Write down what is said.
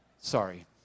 Sorry